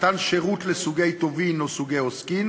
מתן שירות לסוגי טובין או סוגי עוסקים